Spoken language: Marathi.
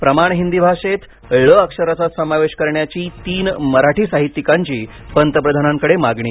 प्रमाण हिंदी भाषेत ळ अक्षराचा समावेश करण्याची तीन मराठी साहित्यिकांची पंतप्रधानांकडे मागणी